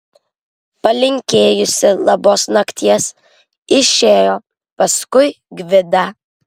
palinkėjusi labos nakties išėjo paskui gvidą